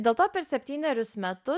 dėl to per septynerius metus